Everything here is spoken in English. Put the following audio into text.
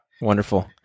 Wonderful